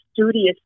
studious